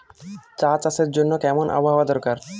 চা চাষের জন্য কেমন আবহাওয়া দরকার?